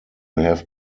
have